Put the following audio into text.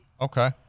Okay